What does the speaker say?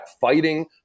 fighting